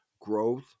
Growth